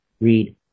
read